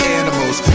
animals